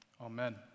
amen